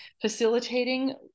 facilitating